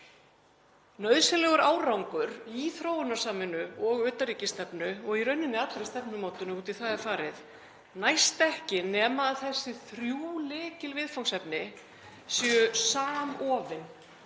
Nauðsynlegur árangur í þróunarsamvinnu og utanríkisstefnu og í rauninni allri stefnumótun ef út í það er farið, næst ekki nema þessi þrjú lykilviðfangsefni séu samofin